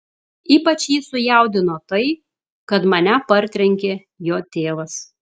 ypač jį sujaudino tai kad mane partrenkė jo tėvas